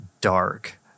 dark